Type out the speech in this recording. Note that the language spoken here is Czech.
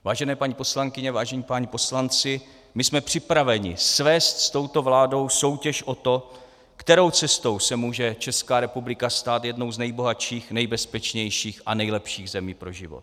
Vážené paní poslankyně, vážení páni poslanci, my jsme připraveni svést s touto vládou soutěž o to, kterou cestou se může Česká republika stát jednou z nejbohatších, nejbezpečnějších a nejlepších zemí pro život.